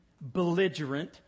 belligerent